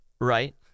right